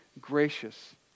gracious